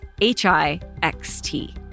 H-I-X-T